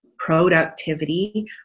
productivity